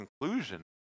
conclusion